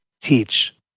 teach